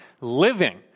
living